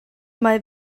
mae